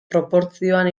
proportzioan